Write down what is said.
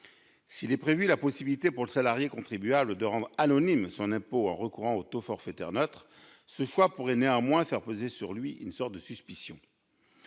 S'il est prévu la possibilité pour le salarié contribuable de rendre anonyme son impôt en recourant au taux forfaitaire neutre, ce choix pourrait néanmoins faire peser sur lui une sorte de suspicion.